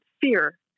fear